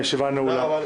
הישיבה נעולה.